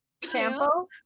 Campo